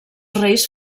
reis